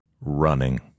running